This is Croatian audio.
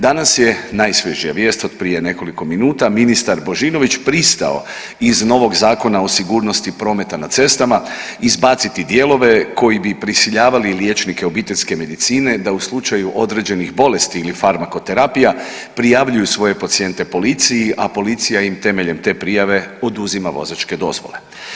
Danas je najsvježnija vijest od prije nekoliko minuta, ministar Božinović pristao iz novog Zakona o sigurnosti prometa na cestama izbaciti dijelove koji bi prisiljavali liječnike obiteljske medicine da u slučaju određenih bolesti ili farmakoterapija prijavljuju svoje pacijente policiji, a policija im temeljem te prijave oduzima vozačke dozvole.